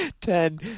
ten